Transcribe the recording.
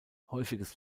häufiges